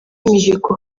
mihigo